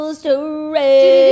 story